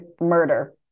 murder